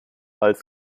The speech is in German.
als